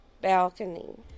balcony